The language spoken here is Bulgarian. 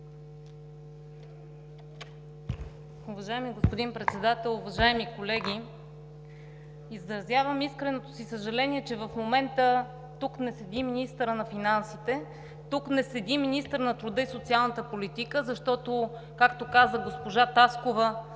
Уважаеми господин Председател, уважаеми колеги! Изразявам искреното си съжаление, че в момента тук не седи министърът на финансите, тук не седи министърът на труда и социалната политика, защото, както каза госпожа Таскова,